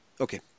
Okay